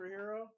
superhero